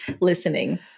listening